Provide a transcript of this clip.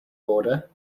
order